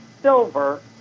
silver